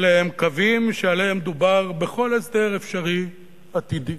אלה הם קווים שעליהם דובר בכל הסדר אפשרי עתידי.